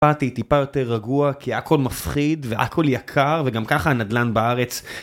באתי טיפה יותר רגוע כי הכל מפחיד והכל יקר וגם ככה הנדלן בארץ